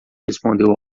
respondeu